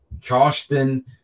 Charleston